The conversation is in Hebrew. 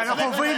אתה צודק,